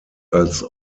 als